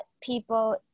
people